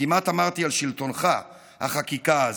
כמעט אמרתי על שלטונך, החקיקה הזאת.